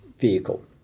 vehicle